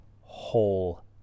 whole